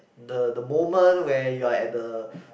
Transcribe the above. the the moment where you're at the